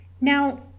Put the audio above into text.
Now